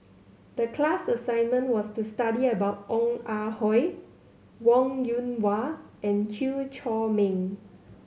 the class assignment was to study about Ong Ah Hoi Wong Yoon Wah and Chew Chor Meng